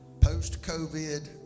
post-COVID